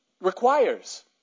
requires